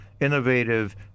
innovative